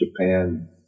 Japan